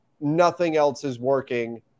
nothing-else-is-working